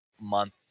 month